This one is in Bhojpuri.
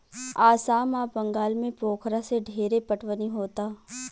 आसाम आ बंगाल में पोखरा से ढेरे पटवनी होता